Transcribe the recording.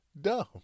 dumb